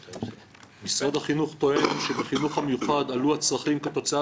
משרד החינוך טוען שבחינוך המיוחד עלו הצרכים כתוצאה